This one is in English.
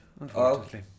unfortunately